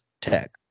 Tech